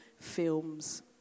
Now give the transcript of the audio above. films